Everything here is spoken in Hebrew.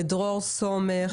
לדרור סומך,